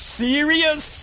serious